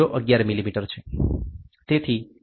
0011 millimetre છે